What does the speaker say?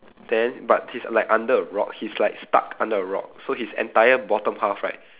then but he's like under the rock he's like stuck under the rock so his entire bottom half right